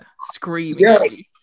screaming